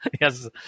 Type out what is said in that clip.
Yes